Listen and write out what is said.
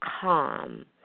calm